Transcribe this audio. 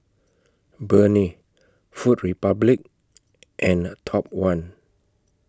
Burnie Food Republic and Top one